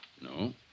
No